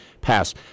pass